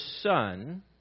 Son